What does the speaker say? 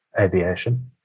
Aviation